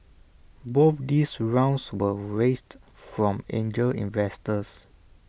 both these rounds were raised from angel investors